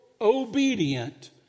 obedient